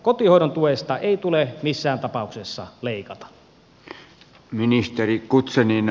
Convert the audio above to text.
kotihoidon tuesta ei tule missään tapauksessa leikata